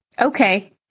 Okay